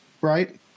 right